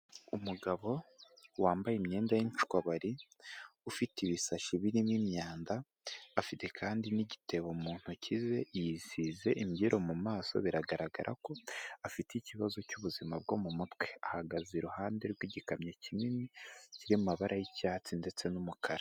Umugabo wambaye imyenda y'inshwabari ufite ibisashi birimo imyanda, afite kandi n'igitebo mu ntoki ze yisize imbyiro mu maso biragaragara ko afite ikibazo cy'ubuzima bwo mu mutwe. Ahagaze iruhande rw'igikamyo kinini cyiri mu mabara y'icyatsi ndetse n'umukara.